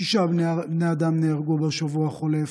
שישה בני אדם נהרגו בשבוע החולף.